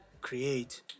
create